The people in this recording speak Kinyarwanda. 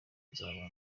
nzabona